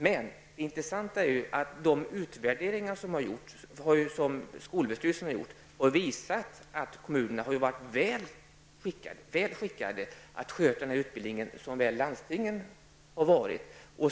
Det intressanta är dock att de utvärderingar som skolöverstyrelsen har gjort visar att kommunerna har varit väl skickade att sköta utbildningen, precis som landstingen.